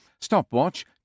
stopwatch